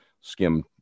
skim